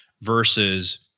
versus